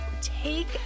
take